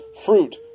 fruit